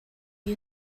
you